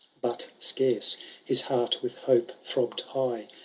but scarce his heart with hope throbbed high.